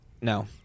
No